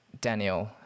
Daniel